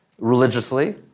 religiously